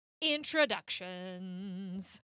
introductions